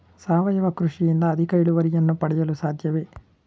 ಸಾವಯವ ಕೃಷಿಯಿಂದ ಅಧಿಕ ಇಳುವರಿಯನ್ನು ಪಡೆಯಲು ಸಾಧ್ಯವೇ?